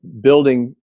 building